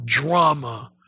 drama